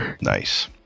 Nice